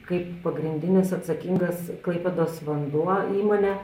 kaip pagrindinis atsakingas klaipėdos vanduo įmonė